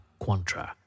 Quantra